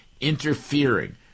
interfering